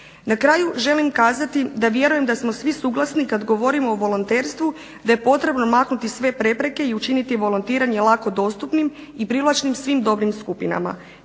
Na kraju želim kazati da vjerujem da smo svi suglasni kada govorimo o volonterstvu da je potrebno maknuti sve prepreke i učiniti volontiranje lako dostupnim i privlačnim svim dobnim skupinama.